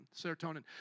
serotonin